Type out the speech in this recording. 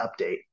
update